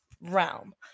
realm